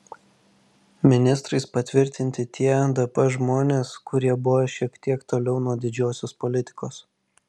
ministrais patvirtinti tie dp žmonės kurie buvo šiek tiek toliau nuo didžiosios politikos